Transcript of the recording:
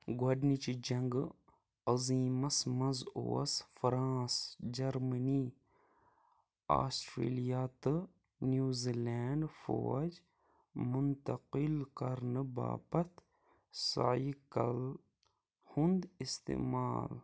گۄڈنِچہِ جنٛگہِ عظیٖمَس منٛز اوس فرٛانٛس جرمنی آسٹرٛیلیا تہٕ نِو زیلینڈ فوج منتقل کرنہٕ باپتھ سایکل ہُنٛد استعمال